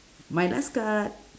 my last card